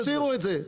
תשאירו את זה.